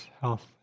health